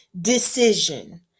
decision